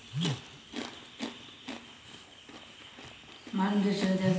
NEFT ಅಥವಾ RTGS, ಇದರಲ್ಲಿ ಯಾವುದರ ಮೂಲಕ ಹಣ ವರ್ಗಾವಣೆ ಮಾಡಬಹುದು?